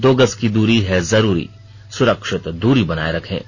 दो गज की दूरी है जरूरी सुरक्षित दूरी बनाए रखें